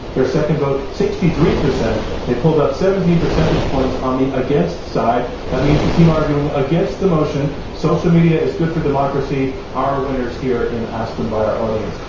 their second vote, sixty three percent. they pulled up seventeen percentage points on the against side. that means the team arguing against the motion social media is good for democracy are winners, here in aspen, by our audience.